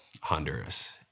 Honduras